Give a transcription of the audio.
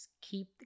keep